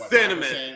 Cinnamon